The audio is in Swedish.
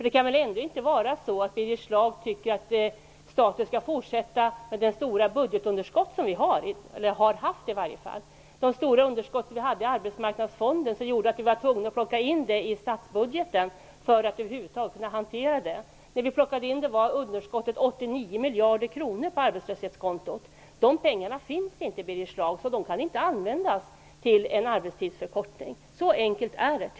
Det kan väl ändå inte vara så att Birger Schlaug tycker att staten skall fortsätta med det stora budgetunderskott vi har, eller har haft; det stora underskott vi hade i arbetsmarknadsfonden som vi var tvungna att plocka in i statsbudgeten för att över huvud taget kunna hantera. När vi plockade in det var underskottet 89 miljarder kronor på arbetslöshetskontot. De pengarna finns inte, Birger Schlaug, så de kan inte användas till en arbetstidsförkortning. Så enkelt är det.